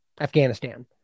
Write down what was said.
Afghanistan